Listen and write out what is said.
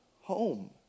home